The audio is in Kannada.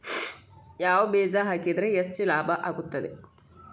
ಯಾವ ಬೇಜ ಹಾಕಿದ್ರ ಹೆಚ್ಚ ಲಾಭ ಆಗುತ್ತದೆ?